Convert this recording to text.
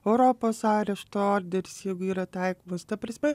europos arešto orderis jeigu yra taikomas ta prasme